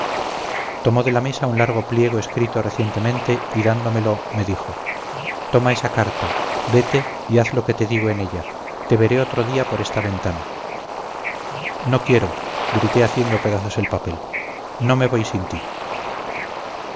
tomó de una mesa un largo pliego escrito recientemente y dándomelo me dijo toma esa carta vete y haz lo que te digo en ella te veré otro día por esta ventana no quiero grité haciendo pedazos el papel no me voy sin ti